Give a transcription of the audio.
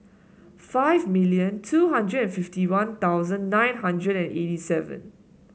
five million two hundred and fifty One Thousand nine hundred and eighty seven